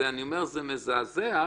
זה מזעזע.